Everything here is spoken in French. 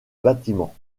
bâtiment